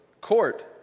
court